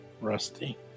Rusty